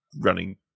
running